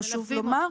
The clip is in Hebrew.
חשוב לומר.